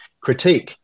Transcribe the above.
critique